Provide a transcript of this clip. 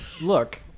look